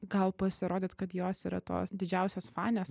gal pasirodyt kad jos yra tos didžiausios fanės